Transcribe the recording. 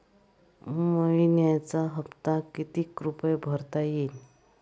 मइन्याचा हप्ता कितीक रुपये भरता येईल?